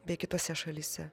bei kitose šalyse